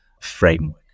framework